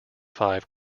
five